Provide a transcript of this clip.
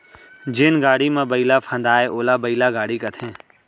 जेन गाड़ी म बइला फंदाये ओला बइला गाड़ी कथें